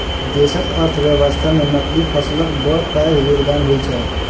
देशक अर्थव्यवस्था मे नकदी फसलक बड़ पैघ योगदान होइ छै